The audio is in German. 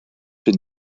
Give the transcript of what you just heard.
den